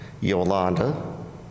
Yolanda